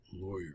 lawyer